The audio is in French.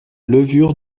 levure